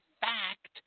fact